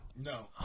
No